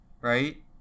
Right